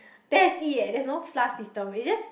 that's it eh there's no flush flush system it's just